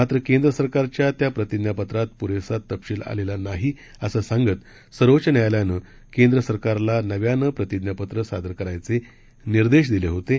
मात्र केंद्र सरकारच्या त्या प्रतिज्ञापत्रात पुरेसा तपशील आलेला नाही असं सांगत सर्वोच्च न्यायालयानं केंद्र सरकारला नव्यानं प्रतिज्ञापत्र सादर करायचे निर्देश दिले होते